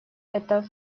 это